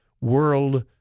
World